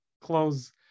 close